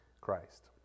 Christ